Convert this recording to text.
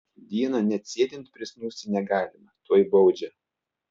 dieną net sėdint prisnūsti negalima tuoj baudžia